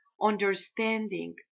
understanding